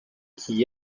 qui